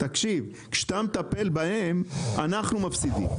כשאתה מטפל בהם הם מפסידים.